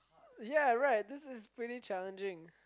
ya right this is pretty challenging